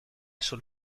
sul